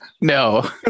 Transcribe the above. no